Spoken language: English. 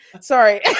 Sorry